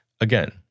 Again